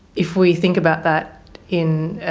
if we think about that in